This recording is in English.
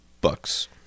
bucks